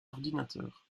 ordinateurs